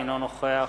אינו נוכח